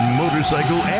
motorcycle